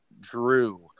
Drew